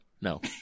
No